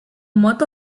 motto